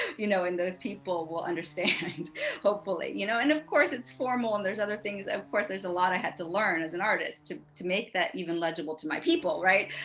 you know, and those people will understand hopefully. you know, and of course it's formal and there's other things of course, there's a lot i had to learn as an artist to to make that even legible to my people, right?